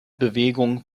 bewegung